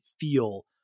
feel